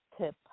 tip